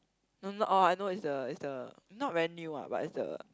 no not all I know it's the it's the not very new ah but it's the